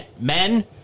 Men-